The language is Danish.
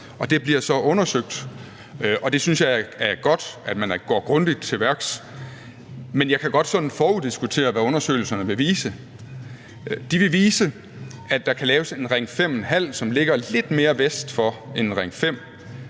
det bliver så undersøgt. Jeg synes, det er godt, at man går grundigt til værks, men jeg kan godt sådan foruddiskontere, hvad undersøgelserne vil vise. De vil vise, at der kan laves en Ring 5½, som ligger lidt mere vest for en Ring 5,